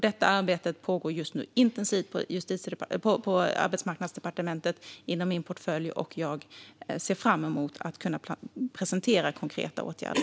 Detta arbete pågår just nu intensivt på Arbetsmarknadsdepartementet inom min portfölj, och jag ser fram emot att kunna presentera konkreta åtgärder.